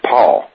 Paul